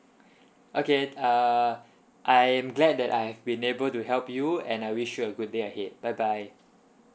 okay uh I am glad that I have been able to help you and I wish you a good day ahead bye bye